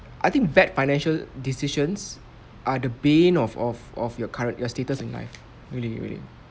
I think bad financial decisions are the bane of of of your current your status in life really really